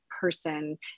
person